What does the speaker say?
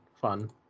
fun